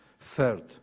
third